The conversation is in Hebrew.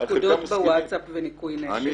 פקודות בווטסאפ וניקוי נשק.